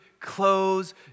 clothes